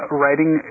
writing